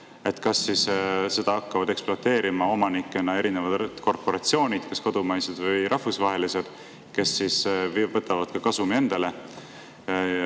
hakkaks: kas seda hakkavad ekspluateerima omanikena erinevad korporatsioonid, kas kodumaised või rahvusvahelised, kes võtavad kasumi endale,